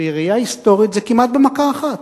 בראייה היסטורית, זה כמעט במכה אחת.